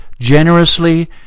generously